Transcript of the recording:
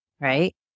Right